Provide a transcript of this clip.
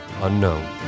Unknown